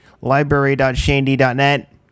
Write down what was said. Library.shandy.net